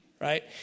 right